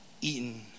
eaten